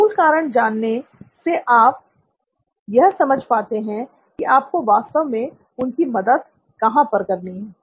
मूल कारण जानने से आप यह समझ पाते हैं कि आपको वास्तव में उनकी मदद कहां पर करनी है